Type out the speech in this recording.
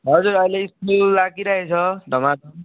हजुर अहिले स्कुल लागिरहेको छ धमाधम